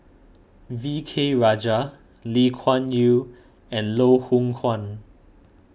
V K Rajah Lee Kuan Yew and Loh Hoong Kwan